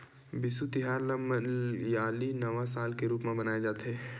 बिसु तिहार ल मलयाली नवा साल के रूप म मनाए जाथे